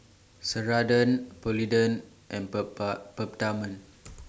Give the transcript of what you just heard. Ceradan Polident and Peptamen